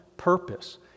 purpose